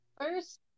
First